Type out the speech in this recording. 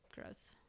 Gross